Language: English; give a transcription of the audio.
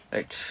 Right